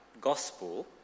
gospel